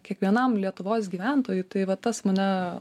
kiekvienam lietuvos gyventojui tai va tas mane